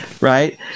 right